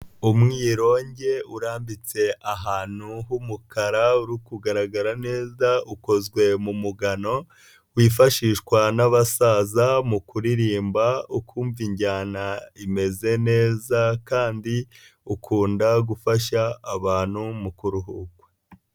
Umwironge uranditse ahantu h'umukara uri kugaragara neza, ukozwe mu mugano, wifashishwa n'abasaza mu kuririmba, ukumva injyana imeze neza, kandi ukunda gufasha abantu mu kuruhuka.